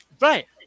Right